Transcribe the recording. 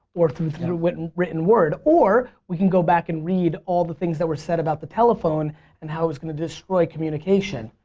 or through through written written word. or we go back and read all the things that were said about the telephone and how is going to destroy communication.